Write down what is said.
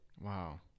Wow